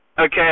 okay